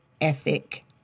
ethic